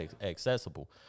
accessible